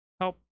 help